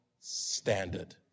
standard